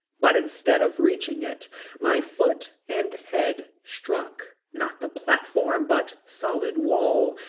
but instead of reaching it my foot and head struck not the platform but solid wall,